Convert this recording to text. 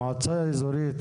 מועצה אזורית,